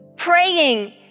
praying